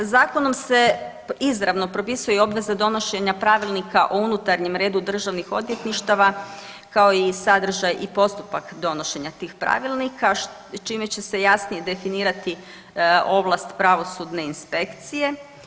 Zakonom se izravno propisuju i obveze donošenja Pravilnika o unutarnjem redu državnih odvjetništava, kao i sadržaj i postupak donošenja tih pravilnika čime će se jasnije definirati ovlast pravosudne inspekcije.